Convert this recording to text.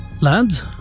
Lads